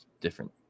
different